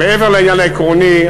מעבר לעניין העקרוני,